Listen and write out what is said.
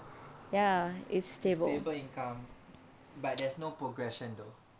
it's stable income but there's no progression though